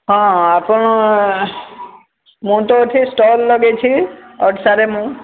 ହଁ ଆପଣ ମୁଁ ତ ଏଠି ଷ୍ଟଲ୍ ଲଗେଇଛି ଓଡ଼ିଶାରେ ମୁଁ